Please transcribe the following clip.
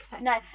No